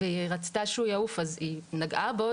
כשהיא רצתה שהוא יעוף היא נגעה בו,